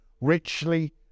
richly